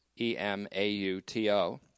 E-M-A-U-T-O